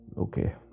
Okay